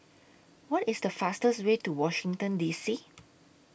What IS The fastest Way to Washington D C